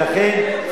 ולכן,